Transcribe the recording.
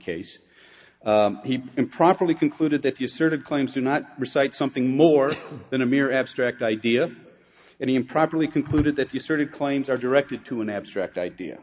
case he improperly concluded that you sort of claims do not recite something more than a mere abstract idea and improperly concluded that you sort of claims are directed to an abstract